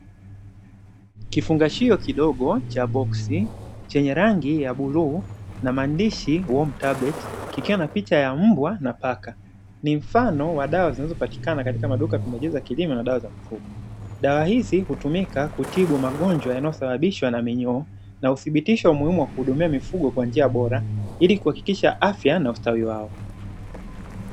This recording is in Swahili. Kifungashio kidogo cha boksi chenye rangi ya buluu na maandishi wa mtabet kisha na picha ya mbwa na paka ni mfano wa dawa zinazopatikana katika maduka, vimejaza kilimo na dawa za kufunga dawa hizi hutumika kutibu magonjwa yanayosababishwa na minyoo na uthibitisho wa umuhimu wa kuhudumia mifugo kwa njia bora ili kuhakikisha afya na ustawi wao.